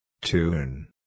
Tune